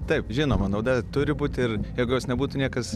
taip žinoma nauda turi būt ir jeigu jos nebūtų niekas